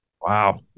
Wow